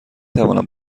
توانم